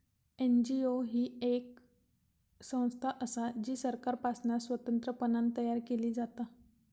NGO ही येक संस्था असा जी सरकारपासना स्वतंत्रपणान तयार केली जाता